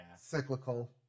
cyclical